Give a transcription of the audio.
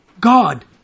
God